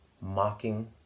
mocking